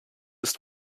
ist